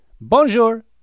Bonjour